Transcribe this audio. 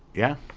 yeah?